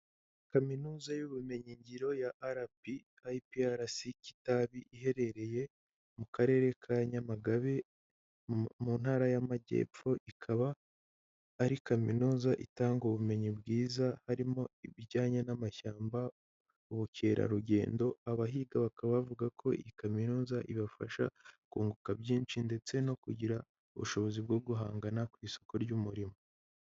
Kaminuza y'ubumenyingiro ya RP/IPRC kitabi iherereye mu karere ka Nyamagabe mu ntara y'amajyepfo ikaba ari kaminuza itanga ubumenyi bwiza harimo ibijyanye n'amashyamba, ubukerarugendo abahiga bakaba bavuga ko iyi kaminuza ibafasha kunguka byinshi ndetse no kugira ubushobozi bwo guhangana ku isoko ry'umurimo.